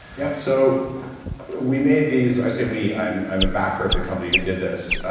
yeah so we made these, i say we, i'm i'm a backer of the company who did this,